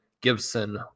Gibson